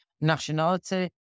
nationality